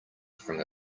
from